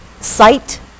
site